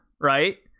right